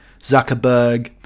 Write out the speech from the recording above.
Zuckerberg